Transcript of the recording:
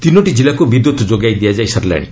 ତିନୋଟି କିଲ୍ଲାକୁ ବିଦ୍ୟୁତ୍ ଯୋଗାଇ ଦିଆଯାଇ ସାରିଲାଣି